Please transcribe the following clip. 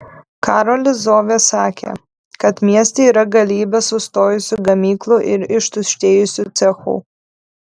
karolis zovė sakė kad mieste yra galybė sustojusių gamyklų ir ištuštėjusių cechų